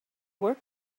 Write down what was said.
work